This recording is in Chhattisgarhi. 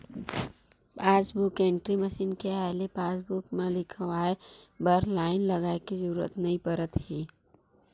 पासबूक एंटरी मसीन के आए ले पासबूक म लिखवाए बर लाईन लगाए के जरूरत नइ परत हे